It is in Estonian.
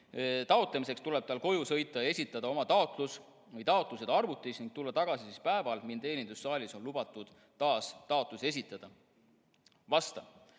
taotlemiseks tuleb tal koju sõita ja esitada oma taotlus(ed) arvutis või tulla tagasi siis päeval, mil teenindussaalis on lubatud taas taotlusi esitada." Vastan.